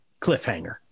Cliffhanger